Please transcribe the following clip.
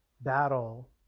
battle